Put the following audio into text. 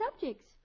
subjects